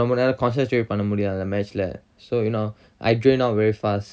ரொம்ப நேரம்:romba neram concentrate பண்ண முடியாது அந்த:panna mudiyathu antha match lah so you know I drained out very fast